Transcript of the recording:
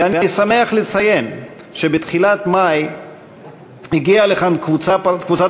ואני שמח לציין שבתחילת מאי הגיעה לכאן קבוצת